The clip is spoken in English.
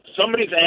somebody's